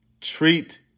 treat